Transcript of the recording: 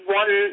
one